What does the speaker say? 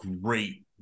great